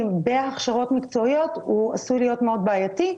בהכשרת מקצועיות עשוי להיות מאוד בעייתי.